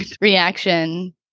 reaction